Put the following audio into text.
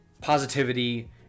positivity